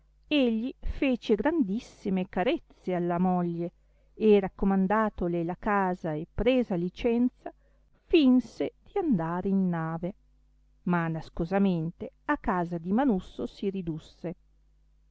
egli fece grandissime carezze alla moglie e raccomandatole la casa e presa licenza fìnse di andare in nave ma nascosamente a casa di manusso si ridusse